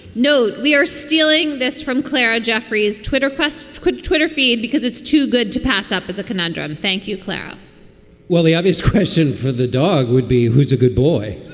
note we are stealing this from clara jefferys, twitter quest. could twitter feed because it's too good to pass up as a conundrum? thank you, clara well, the obvious question for the dog would be who's a good boy?